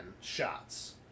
shots